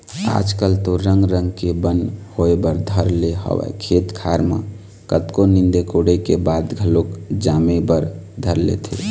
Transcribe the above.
आज कल तो रंग रंग के बन होय बर धर ले हवय खेत खार म कतको नींदे कोड़े के बाद घलोक जामे बर धर लेथे